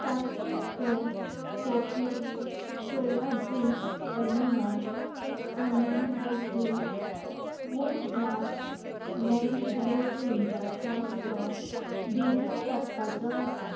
ताकतीक कर सोफीट सोया ड्रिंक व्हनिला आनी नायके वूड ब्लास्ट मॅन डिओड्रिंटाचो स्टॉक बेगीन सोंपपाचो आसा